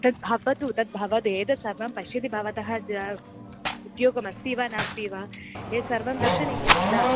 तद् भवतु तद्भवद् एतत् सर्वं पश्यति भवतः उद्योगमस्ति वा नास्ति वा एतत् सर्वं दर्शनीयं किल